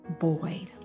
void